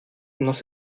nos